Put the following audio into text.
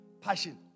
passion